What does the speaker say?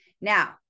Now